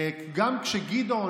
גם כשגדעון,